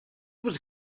was